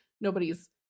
Nobody's